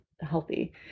healthy